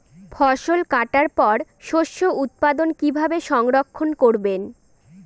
ফসল কাটার পর শস্য উৎপাদন কিভাবে সংরক্ষণ করবেন?